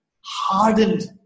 hardened